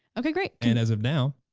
okay, great. and as of now,